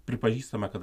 pripažįstama kad